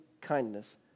kindness